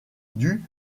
due